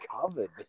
covered